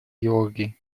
георгий